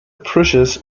precious